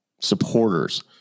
supporters